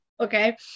Okay